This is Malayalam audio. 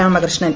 രാമകൃഷ്ണൻ